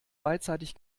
beidseitig